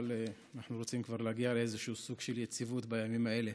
אבל אנחנו רוצים להגיע לאיזשהו סוג של יציבות בזמנים האלה.